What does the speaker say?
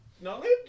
Knowledge